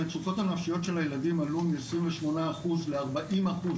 המצוקות הנפשיות של הילדים עלו מ-28 אחוז ל-40 אחוז,